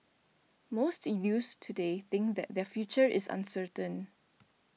most youths today think that their future is uncertain